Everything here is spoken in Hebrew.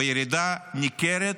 בירידה ניכרת